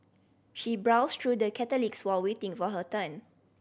she browsed through the catalogues while waiting for her turn